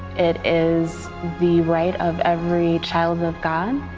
it is the right of every child of god.